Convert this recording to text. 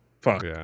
Fuck